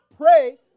Pray